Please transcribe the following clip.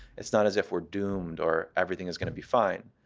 it's not as if we're doomed, or everything is going to be fine.